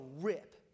rip